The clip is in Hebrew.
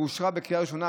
ואושרה בקריאה ראשונה,